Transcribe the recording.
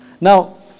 Now